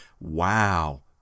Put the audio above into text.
Wow